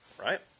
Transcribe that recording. Right